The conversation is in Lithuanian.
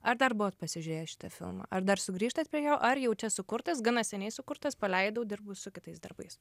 ar dar buvot pasižiūrėjęs šitą filmą ar dar sugrįžtat prie jo ar jau čia sukurtas gana seniai sukurtas paleidau dirbu su kitais darbais